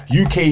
UK